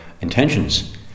intentions